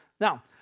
Now